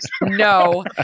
no